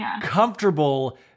comfortable